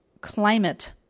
climate